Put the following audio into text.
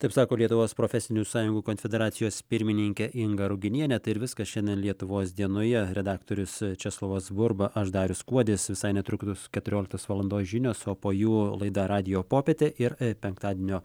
taip sako lietuvos profesinių sąjungų konfederacijos pirmininkė inga ruginienė tai ir viskas šiandien lietuvos dienoje redaktorius česlovas burba aš darius kuodis visai netrukus keturioliktos valandos žinios o po jų laida radijo popietė ir penktadienio